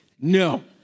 No